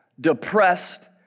depressed